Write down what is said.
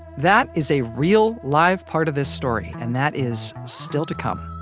that is a real, live part of this story and that is still to come